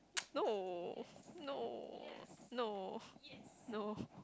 no no no no